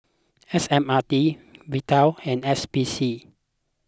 S M R T Vital and S P C